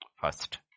First